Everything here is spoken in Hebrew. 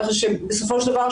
כך שבסופו של דבר,